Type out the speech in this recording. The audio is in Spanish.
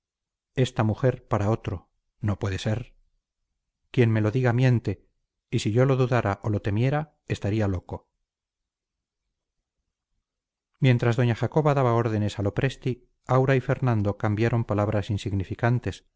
esta mujer para otro no puede ser quien me lo diga miente y si yo lo dudara o lo temiera estaría loco mientras doña jacoba daba órdenes a lopresti aura y fernando cambiaron palabras insignificantes